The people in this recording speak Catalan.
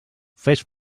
fes